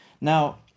Now